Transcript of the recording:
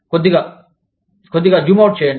కొద్దిగా కొద్దిగా zoom out చేయండి